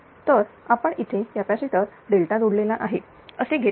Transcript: तर आपण इथे कॅपॅसिटर डेल्टा जोडलेला आहे असे घेत आहोत